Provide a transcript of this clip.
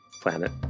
planet